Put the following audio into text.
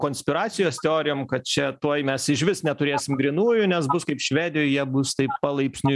konspiracijos teorijom kad čia tuoj mes išvis neturėsim grynųjų nes bus kaip švedijoj jie bus taip palaipsniu